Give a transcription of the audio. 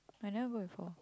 I never go before